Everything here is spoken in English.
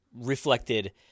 reflected